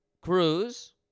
Cruz